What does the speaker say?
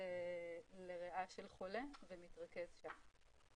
ספציפית לריאה של חולה ומתרכז שם.